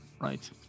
Right